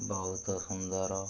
ବହୁତ ସୁନ୍ଦର